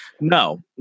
No